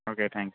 okay thanks